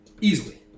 Easily